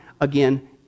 again